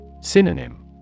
Synonym